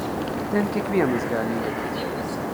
ten kiekvienas gali įeit